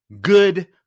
good